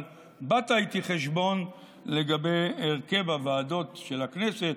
אבל באת איתי חשבון לגבי הרכב הוועדות של הכנסת,